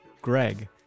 Greg